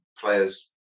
players